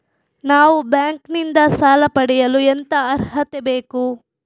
ನಾವು ಬ್ಯಾಂಕ್ ನಿಂದ ಸಾಲ ಪಡೆಯಲು ಎಂತ ಅರ್ಹತೆ ಬೇಕು?